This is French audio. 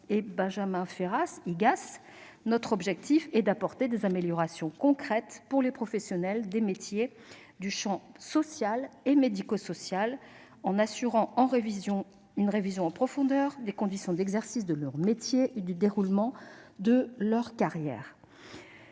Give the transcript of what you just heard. sociales (IGAS). Notre objectif est d'apporter des améliorations concrètes aux professionnels du secteur social et médico-social, tout en assurant une révision en profondeur des conditions d'exercice de leurs métiers et du déroulement de leurs carrières.